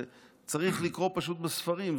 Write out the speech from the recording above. צריך לקרוא בספרים.